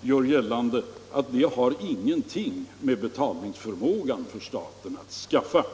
gör gällande att de inte har någonting med betalningsförmågan för staten att skaffa.